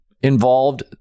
involved